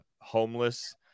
homeless